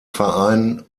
vereinen